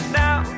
now